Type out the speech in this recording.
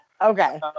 Okay